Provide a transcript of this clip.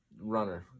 runner